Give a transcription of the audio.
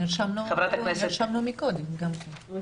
חברת הכנסת היבה